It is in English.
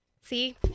See